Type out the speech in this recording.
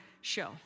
show